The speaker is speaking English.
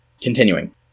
Continuing